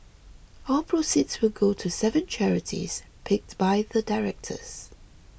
all proceeds will go to seven charities picked by the directors